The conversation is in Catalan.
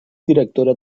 directora